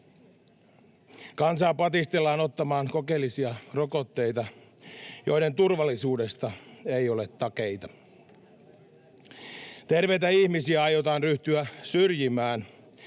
Kansaa patistellaan ottamaan kokeellisia rokotteita, joiden turvallisuudesta ei ole takeita. Terveitä ihmisiä aiotaan ryhtyä syrjimään